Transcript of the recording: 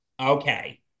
Okay